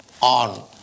on